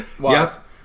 Yes